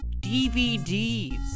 DVDs